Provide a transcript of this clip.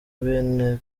bene